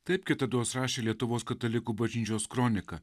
taip kitados rašė lietuvos katalikų bažnyčios kronika